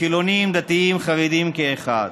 חילוניים, דתיים וחרדים כאחד.